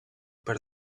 per